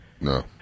No